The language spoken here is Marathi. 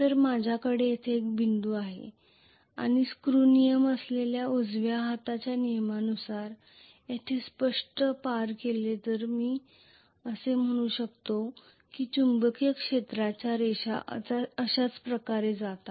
तर जर माझ्याकडे येथे बिंदू असणार आहे आणि स्क्रू नियम असलेल्या उजव्या हाताच्या नियमानुसार येथे स्पष्टपणे पार केले तर मी असे म्हणू शकतो की चुंबकीय क्षेत्राच्या रेषा अशाच प्रकारे जात आहेत